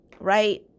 right